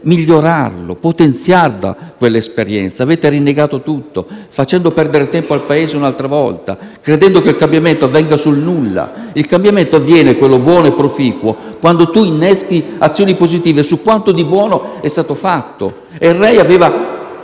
potenziare quell'esperienza. Avete però rinnegato tutto, facendo perdere tempo al Paese un'altra volta e credendo che il cambiamento avvenga sul nulla. Il cambiamento, quello buono e proficuo, avviene quando si innestano azioni positive su quanto di buono è stato fatto. Il Rei aveva